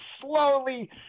slowly